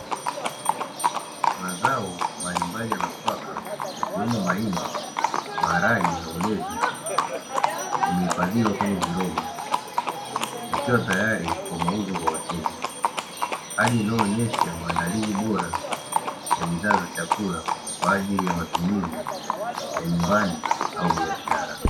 Mazao mbalimbali ya nafaka ikiwemo mahindi, maharage na ulezi imehifadhiwa kwenye viroba vikiwa tayari kwa mauzo kwa wateja , hali inayoonyesha maandalizi bora ya bidhaa za chakula kwa ajili ya matumizi ya nyumbani au biashara.